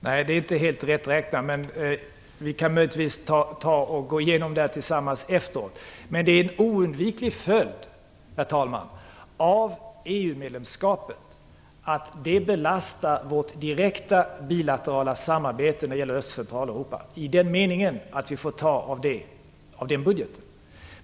Herr talman! Nej, det är inte helt rätt räknat. Men vi kan naturligtvis gå igenom siffrorna tillsammans efteråt. Det är en oundviklig följd av EU-medlemskapet att det belastar vårt direkta bilaterala samarbete med Öst och Centraleuropa, i den meningen att vi får ta av den budgeten.